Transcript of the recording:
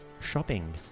shopping